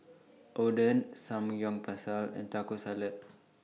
Oden Samgeyopsal and Taco Salad